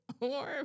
Warm